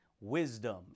wisdom